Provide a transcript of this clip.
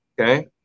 Okay